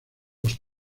los